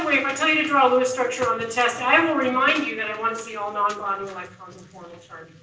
if i tell you to draw a lewis structure on the test, i'm gonna remind you that i want to see all non-bonding electrons and formal charges.